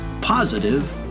Positive